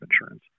insurance